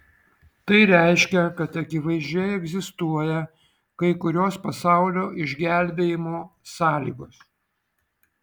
tai reiškia kad akivaizdžiai egzistuoja kai kurios pasaulio išgelbėjimo sąlygos